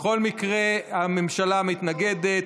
בכל מקרה, הממשלה מתנגדת.